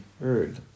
heard